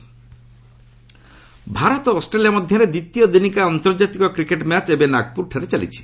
cricket Bharat ଓ Australia ମଧ୍ୟରେ ଦ୍ୱିତୀୟ ଦିନିକିଆ ଆନ୍ତର୍ଜାତିକ କ୍ରିକେଟ୍ ମ୍ୟାଚ୍ ଏବେ ନାଗପୁରଠାରେ ଚାଲିଛି